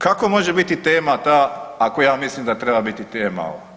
Kako može biti tema ta, ako ja mislim da treba biti tema ovo.